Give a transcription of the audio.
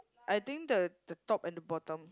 I think the the top and the bottom